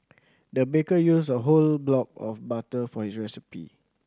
the baker used a whole block of butter for recipe